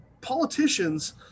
politicians